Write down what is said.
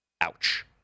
Ouch